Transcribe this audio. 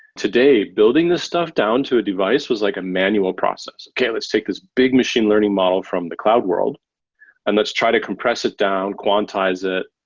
today, building this stuff down to a device was like a manual process, okay. let's take his big machine learning model from the cloud world and let's try to compress it down, quantize it,